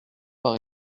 pas